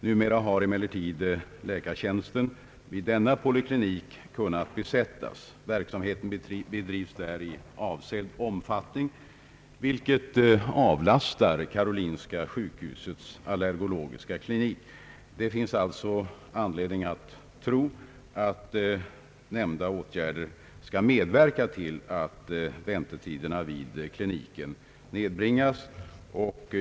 Numera har emellertid läkartjänsten vid denna senare klinik kunnat besättas, och verksamheten bedrivs där i avsedd omfattning, vilket avlastar karolinska sjukhusets allergologiska klinik. Det finns alltså anledning att tro att nämnda åtgärder skall medverka till att väntetiderna vid kliniken nedbringas.